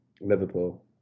Liverpool